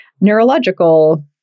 neurological